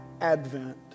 Advent